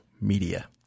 media